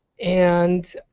and,